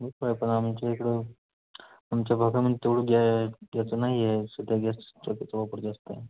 हो काय पण आमच्या इकडं आमच्या भागामध्ये तेवढं ग्या द्यायचं नाही आहे सध्या गॅस सबसिडीचा वापर जास्त आहे